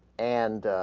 and